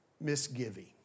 misgiving